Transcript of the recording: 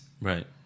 right